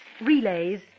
relays